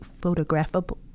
photographable